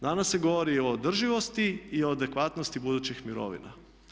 Danas se govori o održivosti i o adekvatnosti budućih mirovina.